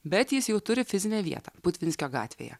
bet jis jau turi fizinę vietą putvinskio gatvėje